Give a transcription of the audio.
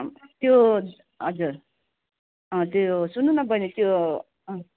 त्यो हजुर अँ त्यो सुन्नु न बहिनी त्यो